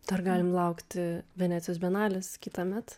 dar galim laukti venecijos bienalės kitąmet